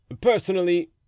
Personally